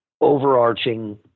overarching